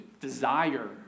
desire